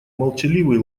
молчаливый